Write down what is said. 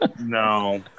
No